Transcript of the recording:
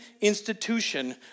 institution